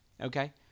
Okay